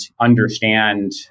understand